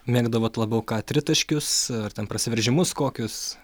mėgdavote labiau ką tritaškius ar ten prasiveržimus kokius